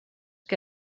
que